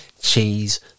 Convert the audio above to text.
cheese